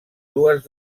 dues